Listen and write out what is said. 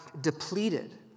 depleted